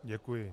Děkuji.